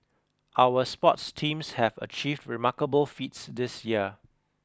our sports teams have achieved remarkable feats this year